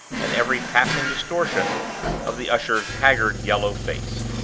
and every passing distortion of the usher's haggard yellow face.